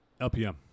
LPM